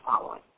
following